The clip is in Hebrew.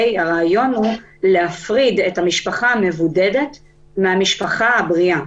הרעיון הוא להפריד את המשפחה המבודדת מהמשפחה הבריאה.